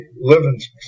Livingston